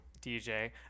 DJ